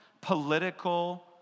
political